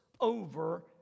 over